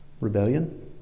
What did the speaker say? rebellion